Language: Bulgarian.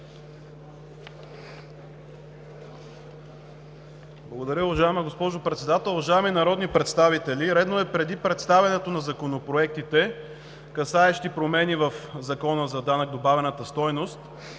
Благодаря. Уважаема госпожо Председател, уважаеми народни представители! Редно е преди представянето на законопроектите, касаещи промени в Закона за данък върху добавената стойност,